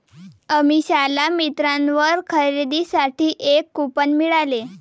अमिषाला मिंत्रावर खरेदीसाठी एक कूपन मिळाले